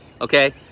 okay